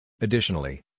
Additionally